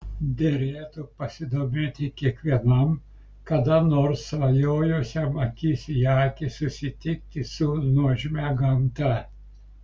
derėtų pasidomėti kiekvienam kada nors svajojusiam akis į akį susitikti su nuožmia gamta